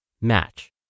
match